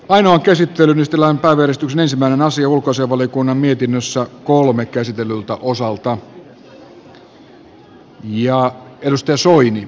käsittelyn pohjana on ulkoasiainvaliokunnan mietintö jossa asiaa on valmistelevasti käsitelty ulko ja turvallisuuspolitiikkaa koskevilta osilta